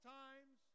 times